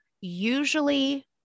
Usually